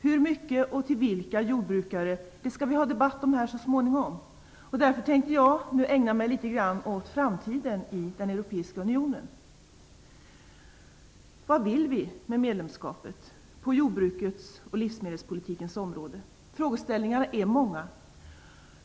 Hur mycket och till vilka jordbrukare skall vi ha en debatt om här så småningom. Därför tänkte jag nu ägna mig litet grand åt framtiden i den Europeiska unionen. Vad vill vi med medlemskapet på jordbruks och livsmedelspolitikens område? Frågeställningarna är många.